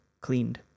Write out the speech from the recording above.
cleaned